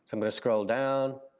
i'm gonna scroll down,